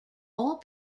all